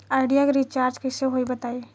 Idea के recharge कइसे होई बताईं?